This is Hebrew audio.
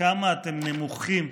כמה אתם נמוכים.